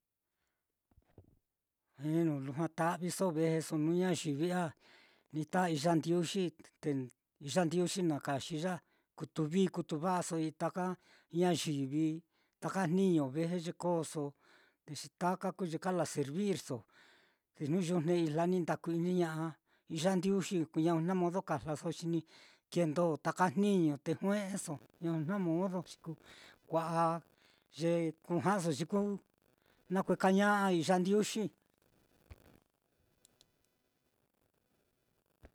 Weno lujua ta'viso veso ñuñayivi nitaa iyandiuxite iyandiuxi na kaxi ya kutu viivkutu va'aso i'i ta ñayivi, taka jniño ve kooso, te xi taka kuu ye kala servirso, te jnu yujne ijla te ni ndaku-iniña'a iyandiuxi, ko kui na modo kajlaso, xi ni kendo ta jniño te jue'eso, ña kui na modo xi kú kua'a ye kuja'aso ye kú nakuekaña'a iyandiuxi.